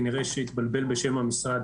כנראה שהתבלבל בשם המשרד.